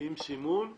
עם סימון מתאים,